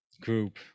group